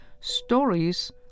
stories